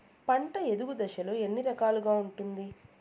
పంట ఎదుగు దశలు ఎన్ని రకాలుగా ఉంటుంది?